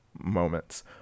moments